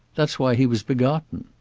that's why he was begotten.